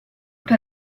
per